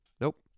nope